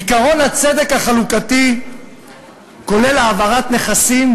עקרון הצדק החלוקתי כולל העברת נכסים,